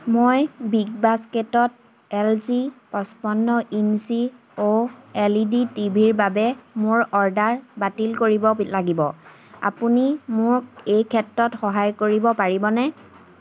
মই বিগবাস্কেটত L G পঁচপন্ন ইঞ্চি অ' এল ই ডি টি ভিৰ বাবে মোৰ অৰ্ডাৰ বাতিল কৰিব লাগিব আপুনি মোক এই ক্ষেত্ৰত সহায় কৰিব পাৰিবনে